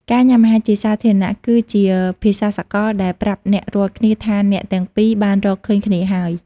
ការញ៉ាំអាហារជាសាធារណៈគឺជា "ភាសាសកល" ដែលប្រាប់អ្នករាល់គ្នាថាអ្នកទាំងពីរបានរកឃើញគ្នាហើយ។